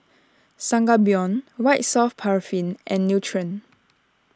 Sangobion White Soft Paraffin and Nutren